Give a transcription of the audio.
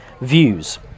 views